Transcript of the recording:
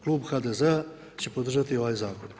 Klub HDZ-a će podržati ovaj zakon.